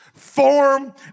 Form